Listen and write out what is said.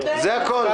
זה הכול.